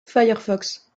firefox